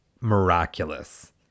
miraculous